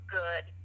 good